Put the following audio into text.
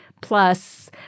plus